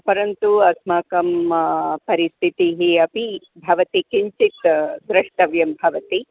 परन्तु अस्माकं परिस्थितिः अपि भवति किञ्चित् द्रष्टव्यं भवति